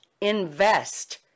invest